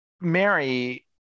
Mary